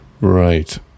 Right